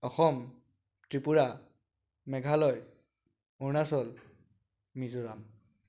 Assam Tripura Meghalaya Arunachal Mizoram